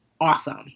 awesome